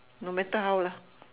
no matter how lah